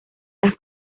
las